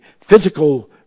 physical